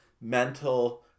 mental